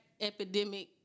epidemic